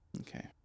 Okay